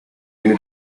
unit